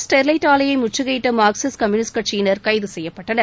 Sterlite ஆலையை முற்றுகையிட்ட Marxist communist கட்சியினர் கைது முன்னதாக செய்யப்பட்டனர்